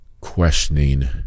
questioning